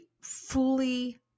fully